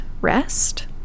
rest